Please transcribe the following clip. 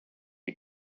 you